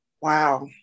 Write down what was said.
wow